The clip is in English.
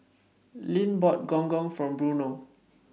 Lynn bought Gong Gong For Bruno